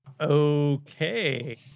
Okay